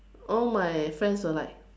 all my friends were like